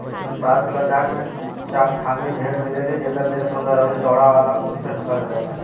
भारत के लद्दाख में चांगथांगी भेड़ मिलेली जेकर देह सुंदर अउरी चौड़ा वाला ऊन से ढकल रहेला